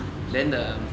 then the